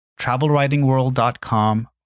travelwritingworld.com